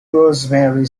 rosemary